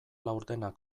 laurdenak